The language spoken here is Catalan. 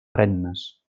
rennes